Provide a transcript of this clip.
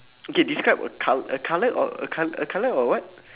okay describe a col~ a colour or a col~ a colour or what